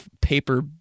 paper